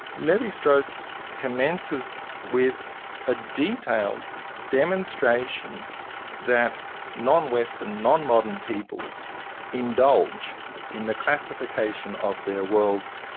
levi-strauss commences with a detailed demonstration that non-western, non-modern peoples indulge in the classification of their worlds,